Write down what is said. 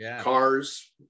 cars